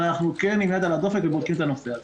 אבל אנחנו כן עם יד על הדופק ובודקים את הנושא הזה.